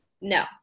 No